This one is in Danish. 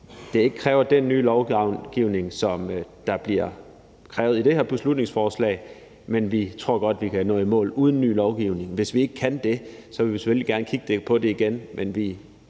ikke kræver den nye lovgivning, som der bliver krævet i det her beslutningsforslag, men at vi godt tror, at vi kan nå i mål uden en ny lovgivning, og hvis vi ikke kan det, vil vi selvfølgelig gerne kigge på det igen.